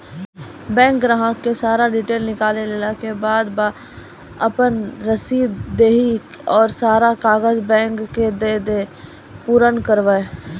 Bank ग्राहक के सारा डीटेल निकालैला के बाद आपन रसीद देहि और सारा कागज बैंक के दे के पुराना करावे?